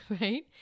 right